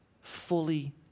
fully